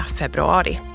februari